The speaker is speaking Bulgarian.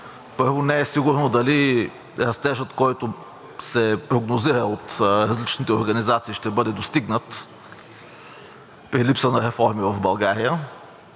Първо, не е сигурно дали растежът, който се прогнозира от различните организации, ще бъде достигнат при липса на реформи в България.